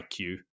IQ